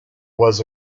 was